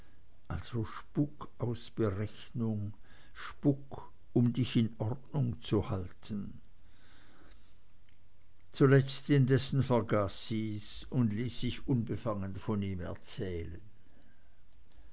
also spuk aus berechnung spuk um dich in ordnung zu halten zuletzt indessen vergaß sie's und ließ sich unbefangen von ihm erzählen